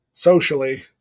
Socially